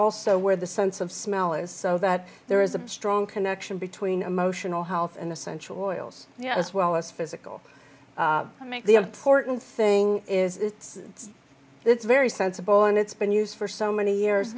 also where the sense of smell is so that there is a strong connection between emotional health and essential oils yet as well as physical make the porton thing is it's very sensible and it's been used for so many years